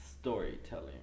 storytelling